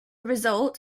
result